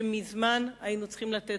שמזמן היינו צריכים לתת,